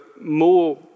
more